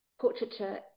portraiture